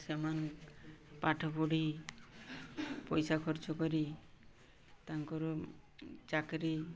ସେମାନେ ପାଠ ପଢ଼ି ପଇସା ଖର୍ଚ୍ଚ କରି ତାଙ୍କର ଚାକିରି